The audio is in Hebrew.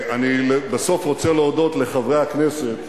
אני בסוף רוצה להודות לחברי הכנסת.